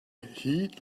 heat